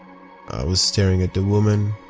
i was staring at the woman,